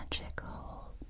magical